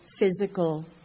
physical